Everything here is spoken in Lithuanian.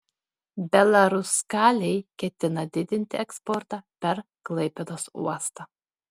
belaruskalij ketina didinti eksportą per klaipėdos uostą